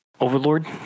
overlord